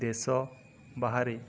ଦେଶ ବାହାରେ